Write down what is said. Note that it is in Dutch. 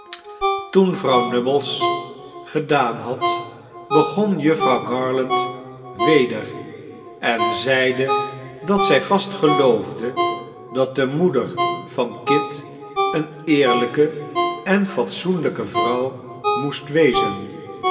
toen vrouw nubbles gedaan had begon jufvrouw garland weder en zeide dat zij vast geloofde dat de moeder van kit eene eerlijke en fatsoenlijke vrouw moest wezen